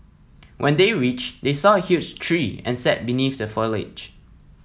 when they reached they saw a huge tree and sat beneath the foliage